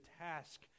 task